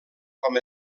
com